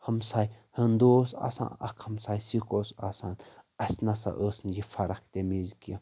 ہمساے ہِنٛدوٗ اوس آسان اکھ ہمساے سِکھ اوس آسان اسہِ نسا ٲس نہٕ یہِ فرق تمہِ وِزِ کیٚنہہ